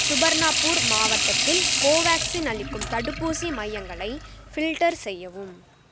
சுபர்ணப்பூர் மாவட்டத்தில் கோவேக்சின் அளிக்கும் தடுப்பூசி மையங்களை ஃபில்டர் செய்யவும்